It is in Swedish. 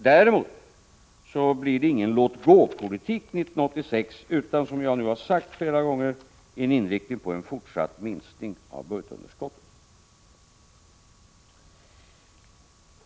Däremot blir det ingen låt-gå-politik 1986 utan, som jag har sagt flera gånger, inriktning på en fortsatt minskning av budgetunderskottet.